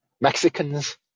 Mexicans